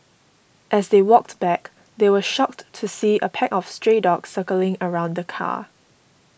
as they walked back they were shocked to see a pack of stray dogs circling around the car